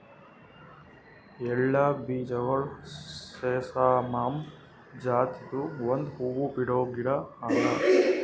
ಎಳ್ಳ ಬೀಜಗೊಳ್ ಸೆಸಾಮಮ್ ಜಾತಿದು ಒಂದ್ ಹೂವು ಬಿಡೋ ಗಿಡ ಅದಾ